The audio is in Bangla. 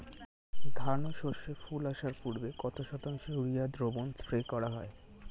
ধান ও সর্ষে ফুল আসার পূর্বে কত শতাংশ ইউরিয়া দ্রবণ স্প্রে করা হয়?